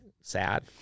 sad